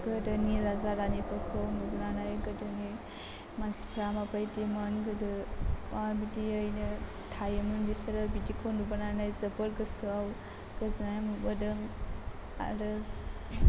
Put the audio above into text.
गोदोनि राजा रानिफोरखौ नुबोनानै गोदोनि मानसिफोरा माबायदिमोन गोदो मा बिदियैनो थायोमोन बिसोरो बिदिखौ नुबोनानै जोबोद गोसोआव गोजोननाय मोनबोदों आरो